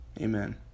Amen